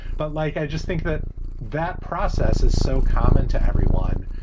but like, i just think that that process is so common to everyone.